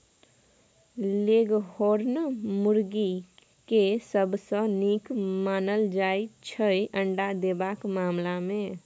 leghorn मुरगी केँ सबसँ नीक मानल जाइ छै अंडा देबाक मामला मे